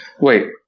Wait